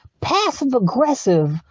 passive-aggressive